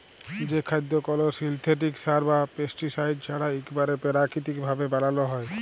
যে খাদ্য কল সিলথেটিক সার বা পেস্টিসাইড ছাড়া ইকবারে পেরাকিতিক ভাবে বানালো হয়